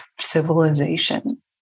civilization